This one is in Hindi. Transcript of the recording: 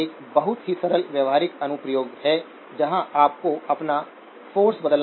तो यह एक बहुत ही सरल व्यावहारिक अनुप्रयोग है जहाँ आपको अपना फ़ोर्स बदलना होगा